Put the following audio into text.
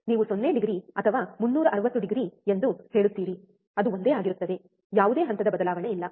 ನೀವು 0 ಡಿಗ್ರಿ ಅಥವಾ 360ಡಿಗ್ರಿ ಎಂದು ಹೇಳುತ್ತೀರಿ ಅದು ಒಂದೇ ಆಗಿರುತ್ತದೆ ಯಾವುದೇ ಹಂತದ ಬದಲಾವಣೆಯಿಲ್ಲ